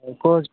କେଉଁ ହସ୍ପିଟାଲ୍